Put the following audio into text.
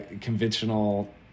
conventional